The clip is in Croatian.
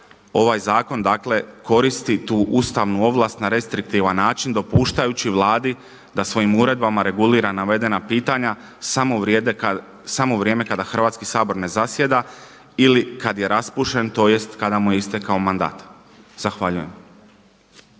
ovaj Zakon dakle koristi tu ustavnu ovlast na restriktivan način dopuštajući Vladi da svojim uredbama regulira navedena pitanja samo u vrijeme kada Hrvatski sabor ne zasjeda ili kad je raspušten tj. kada mu je istekao mandat. Zahvaljujem.